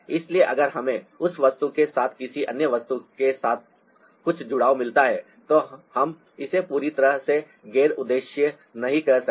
इसलिए अगर हमें उस वस्तु के साथ किसी अन्य वस्तु के साथ कुछ जुड़ाव मिलता है तो हम इसे पूरी तरह से गैर उद्देश्य नहीं कह सकते